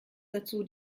dazu